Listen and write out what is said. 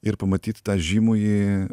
ir pamatyt tą žymųjį